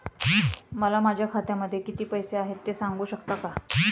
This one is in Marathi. मला माझ्या खात्यामध्ये किती पैसे आहेत ते सांगू शकता का?